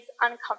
uncomfortable